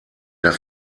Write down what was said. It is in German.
der